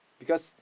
because